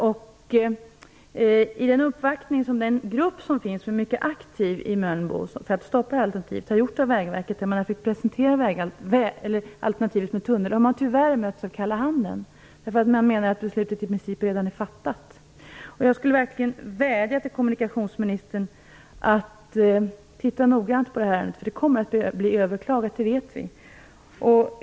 Vid den uppvaktning vid Vägverket som den mycket aktiva gruppen i Mölnbo har gjort för att stoppa det andra alternativet presenterade man tunnelalternativet, men man möttes tyvärr av kalla handen. Vägverket menade att beslut i princip redan var fattat. Jag vädjar verkligen till kommunikationsministern att se över det här noga. Beslutet kommer att överklagas, det vet vi.